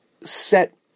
set